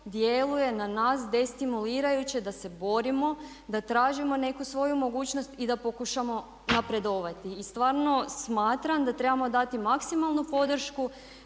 djeluje na nas destimulirajuće da se borimo, da tražimo neku svoju mogućnost i da pokušamo napredovati. I stvarno smatram da trebamo dati maksimalnu podršku